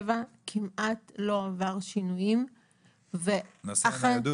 כמעט לא עבר שינויים משנת 1977 --- הסכם הניידות